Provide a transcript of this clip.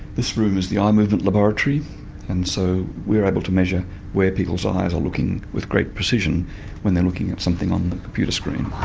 this room is the eye movement laboratory and so we are able to measure where people's eyes are looking with great precision when they are looking at something on the computer screen.